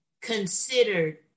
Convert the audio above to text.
considered